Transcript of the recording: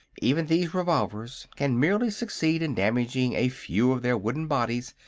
even these revolvers can merely succeed in damaging a few of their wooden bodies,